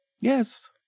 yes